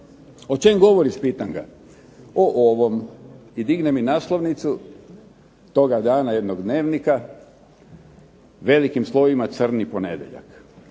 O čem govoriš pitam ga. O ovom i digne mi naslovnicu toga dana jednog dnevnika velikim slovima crni ponedjeljak.